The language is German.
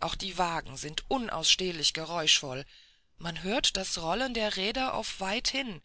auch die wagen sind unausstehlich geräuschvoll man hört das rollen der räder auf weithin